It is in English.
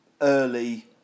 early